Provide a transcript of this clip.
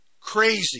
crazy